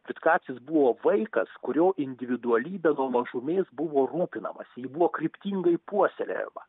vitkacis buvo vaikas kurio individualybe nuo mažumės buvo rūpinamasi ji buvo kryptingai puoselėjama